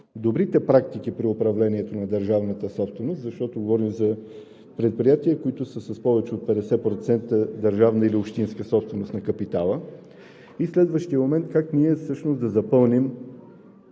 добрите практики при управлението на държавната собственост, защото говорим за предприятия, които са с повече от 50% държавна или общинска собственост на капитала и следващият момент как ние всъщност да запълним